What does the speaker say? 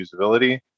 usability